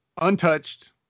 untouched